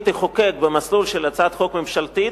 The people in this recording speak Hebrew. תחוקק במסלול של הצעת חוק ממשלתית,